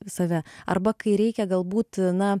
save arba kai reikia galbūt na